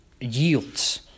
yields